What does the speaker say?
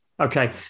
Okay